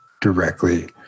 directly